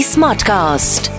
Smartcast